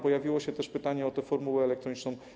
Pojawiło się też pytanie o formułę elektroniczną.